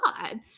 God